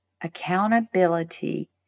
Accountability